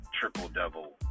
triple-double